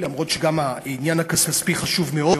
אף שגם העניין הכספי חשוב מאוד.